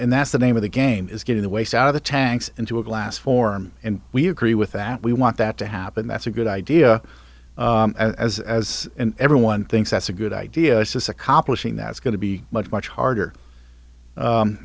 and that's the name of the game is getting the waste out of the tanks into a glass form and we agree with that we want that to happen that's a good idea as as everyone thinks that's a good idea is accomplishing that is going to be much much harder